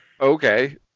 Okay